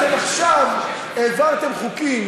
אתם עכשיו העברתם חוקים